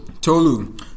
Tolu